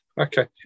Okay